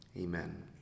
amen